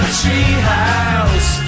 treehouse